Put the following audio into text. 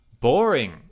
boring